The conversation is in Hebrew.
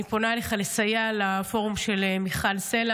אני פונה אליך לסייע לפורום מיכל סלה